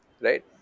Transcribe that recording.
Right